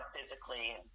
physically